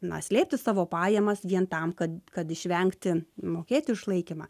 na slėpti savo pajamas vien tam kad kad išvengti mokėti išlaikymą